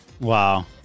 Wow